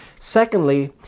Secondly